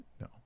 No